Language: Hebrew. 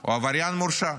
הוא עבריין מורשע.